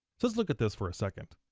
so let's look at this for a second.